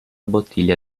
bottiglia